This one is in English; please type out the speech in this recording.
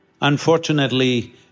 unfortunately